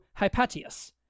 Hypatius